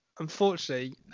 Unfortunately